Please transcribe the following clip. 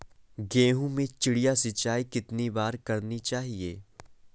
गेहूँ में चिड़िया सिंचाई कितनी बार करनी चाहिए?